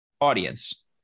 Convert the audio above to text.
audience